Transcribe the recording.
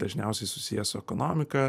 dažniausiai susiję su ekonomika